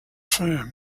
firm